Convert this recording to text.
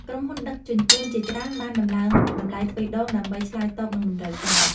ក្រុមហ៊ុនដឹកជញ្ជូនជាច្រើនបានដំឡើងតម្លៃទ្វេដង ដើម្បីឆ្លើយតបនឹងតម្រូវការ។